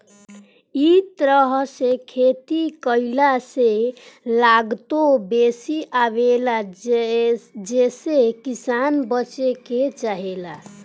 इ तरह से खेती कईला से लागतो बेसी आवेला जेसे किसान बचे के चाहेला